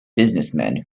businessmen